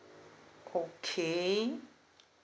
okay